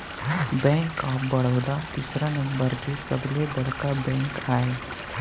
bank of Baroda तीसरा number के सबले बड़का बेंक आय